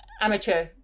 amateur